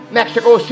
Mexico